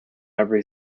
every